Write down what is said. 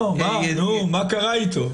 מה קרה אתו?